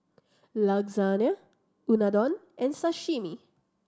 Lasagne Unadon and Sashimi